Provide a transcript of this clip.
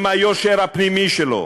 עם היושר הפנימי שלו,